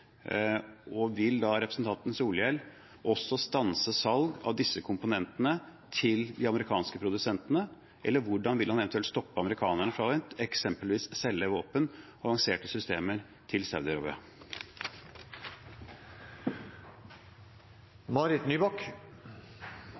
heter. Vil representanten Solhjell også stanse salg av disse komponentene til de amerikanske produsentene, eller hvordan vil han eventuelt stoppe amerikanerne fra eksempelvis å selge våpen og avanserte systemer til